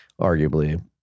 arguably